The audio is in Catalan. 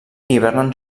hibernen